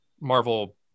Marvel